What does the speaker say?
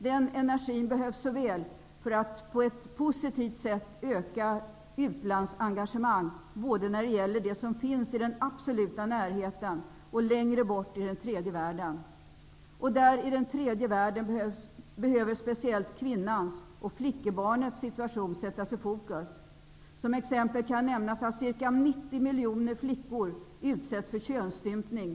Den energin behövs så väl för att på ett positivt sätt öka utlandsengagemang, både när det gäller det som finns i den absoluta närheten och när det gäller det som finns längre bort, i den tredje världen. I den tredje världen behöver speciellt kvinnans och flickebarnets situation sättas i fokus. Såsom exempel kan nämnas att ca 90 miljoner flickor utsätts för könsstympning.